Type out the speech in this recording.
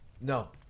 No